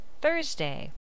Thursday